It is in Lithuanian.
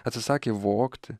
atsisakė vogti